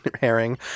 herring